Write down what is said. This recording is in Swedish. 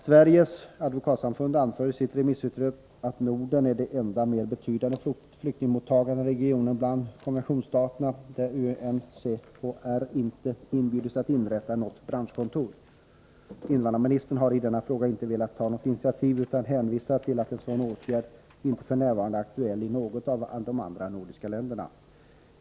Sveriges advokatsamfund anför i sitt remissyttrande att Norden är den enda mer betydande flyktingmottagande regionen bland konventionsstaterna där UNHCR inte inbjudits att inrätta något branschkontor. Invandrarministern har i denna fråga inte velat ta något initiativ, utan hänvisar till att en sådan åtgärd f. n. inte är aktuell i något av de andra nordiska länderna.